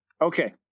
Okay